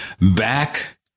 back